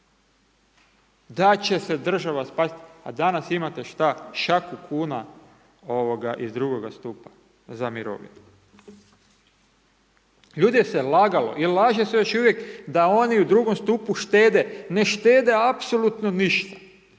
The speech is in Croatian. Da će se država spasiti, a danas imate šta, šaku kuna iz drugoga stupa za mirovine. Ljude se lagalo i laže se još uvijek da oni u drugom stupu štede, ne štede apsolutno ništa.